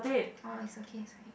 oh is okay is okay